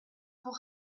pour